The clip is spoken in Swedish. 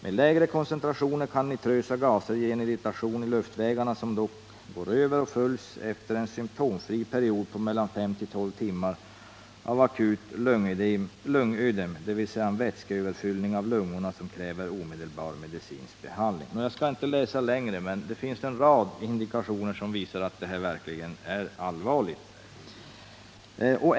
Med lägre koncentrationer kan nitrösa gaser ge en irritation i luftvägarna som dock går över och följs efter en symtomfri period på mellan 5-12 timmar av akut lungödem, dvs en vätskeöverfyllning av lungorna som kräver omedelbar medicinsk behandling.” Jag skall inte läsa längre, men det finns en rad indikationer som visar att detta verkligen är allvarligt.